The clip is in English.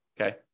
okay